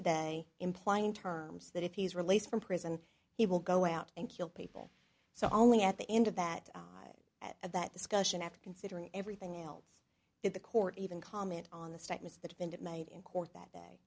today implying in terms that if he's released from prison he will go out and kill people so only at the end of that at that discussion after considering everything else that the court even comment on the statements that have been made in court that day